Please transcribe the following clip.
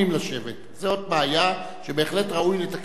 זאת בעיה שבהחלט ראוי לתקן אותה.